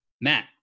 Matt